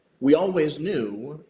we always knew,